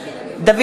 (קוראת בשמות חברי הכנסת) דוד